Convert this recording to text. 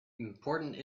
important